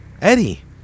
Eddie